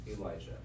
Elijah